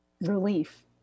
relief